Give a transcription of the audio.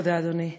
תודה, אדוני.